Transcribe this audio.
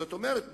זאת אומרת,